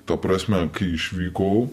ta prasme kai išvykau